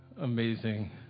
Amazing